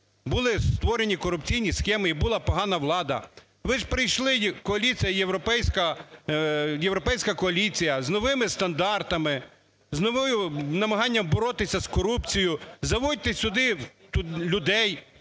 були створені корупційні схеми і була погана влада, ви ж прийшли коаліція європейська, європейська коаліція з новими стандартами, з новим намаганням боротися з корупцією, заводьте сюди людей,